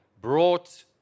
brought